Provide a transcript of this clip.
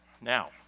Now